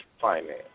finance